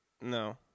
no